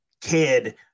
kid